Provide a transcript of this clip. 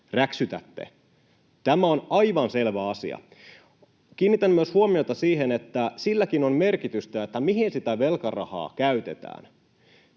räksytätte. Tämä on aivan selvä asia. Kiinnitän huomiota myös siihen, että silläkin on merkitystä, mihin sitä velkarahaa käytetään.